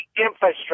infrastructure